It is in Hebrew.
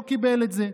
לא קיבל את זה.